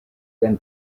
than